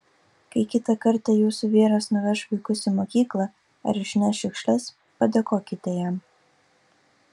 kai kitą kartą jūsų vyras nuveš vaikus į mokyklą ar išneš šiukšles padėkokite jam